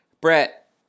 Brett